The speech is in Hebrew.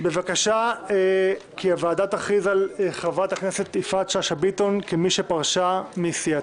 בבקשה כי הוועדה תכריז על חברת הכנסת יפעת שאשא ביטון כמי שפרשה מסיעתה.